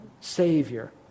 Savior